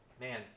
man